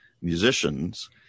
musicians